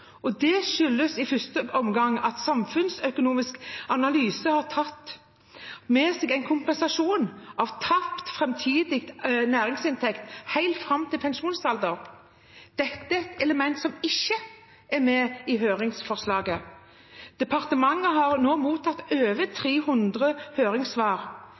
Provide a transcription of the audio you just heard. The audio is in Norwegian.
tatt med en kompensasjon av tapt framtidig næringsinntekt helt fram til pensjonsalder. Dette er et element som ikke er med i høringsforslaget. Departementet har mottatt over 300 høringssvar.